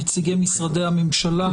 נציגי משרדי הממשלה,